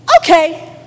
okay